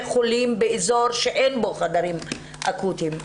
חולים באזור שאין בו חדרים אקוטיים?